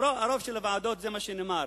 על רוב הוועדות, זה מה שנאמר.